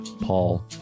paul